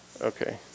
Okay